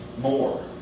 more